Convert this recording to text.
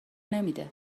نمیده